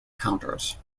counters